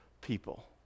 people